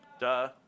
Duh